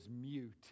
mute